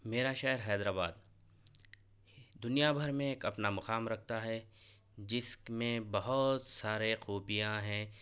میرا شہر حیدرآباد دنیا بھر میں ایک الگ مقام رکھتا ہے جس میں بہت سارے خوبیاں ہیں